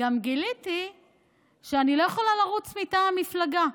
גם גיליתי שאני לא יכולה לרוץ מטעם מפלגה.